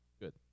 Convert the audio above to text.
good